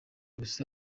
gusa